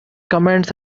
comments